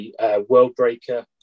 Worldbreaker